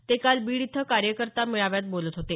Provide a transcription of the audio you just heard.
ते काल बीड इथं कार्यकर्ता मेळाव्यात बोलत होते